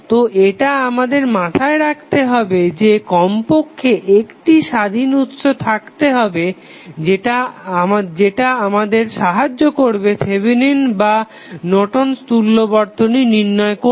তো এটা আমাদের মাথায় রাখতে হবে যে কমপক্ষ্যে একটি স্বাধীন উৎস থাকতে হবে যেটা আমাদের সাহায্য করবে থেভেনিন বা নর্টন'স তুল্য বর্তনী নির্ণয় করতে